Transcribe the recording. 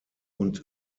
und